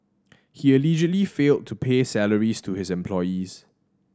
he allegedly failed to pay salaries to his employees